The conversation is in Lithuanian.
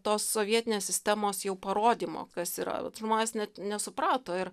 tos sovietinės sistemos jau parodymo kas yra vat žmonės net nesuprato ir